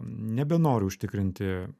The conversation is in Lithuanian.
nebenori užtikrinti